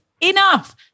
enough